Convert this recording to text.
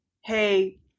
Hey